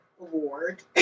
award